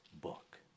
book